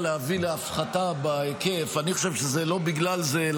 להביא להפחתה בהיקף ואני חושב שזה לא בגלל זה,